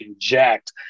jacked